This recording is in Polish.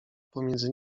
pomiędzy